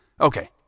Okay